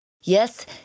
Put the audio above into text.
Yes